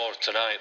tonight